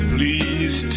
Please